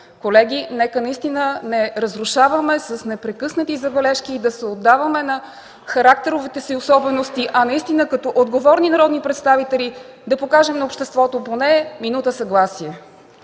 Колеги, нека не нарушаваме тона с непрекъснати забележки и да се отдаваме на характеровите си особености, а като отговорни народни представители да покажем на обществото поне минута съгласие.